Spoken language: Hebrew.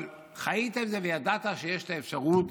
אבל חיית עם זה וידעת שיש את האפשרות